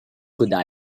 good